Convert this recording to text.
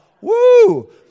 woo